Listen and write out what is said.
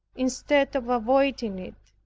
instead of avoiding it.